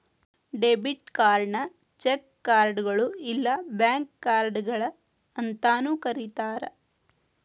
debit ಕಾರ್ಡ್ನ cheque ಕಾರ್ಡ್ಗಳು ಇಲ್ಲಾ ಬ್ಯಾಂಕ್ ಕಾರ್ಡ್ಗಳ ಅಂತಾನೂ ಕರಿತಾರ